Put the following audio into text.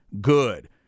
good